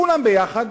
כולם ביחד,